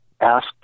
ask